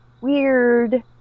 weird